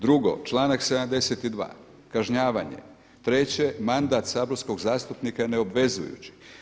Drugo, članak 72. kažnjavanje, treće mandat saborskog zastupnika je neobvezujući.